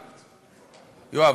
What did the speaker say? יואב,